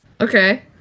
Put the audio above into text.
Okay